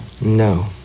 No